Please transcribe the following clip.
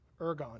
ergon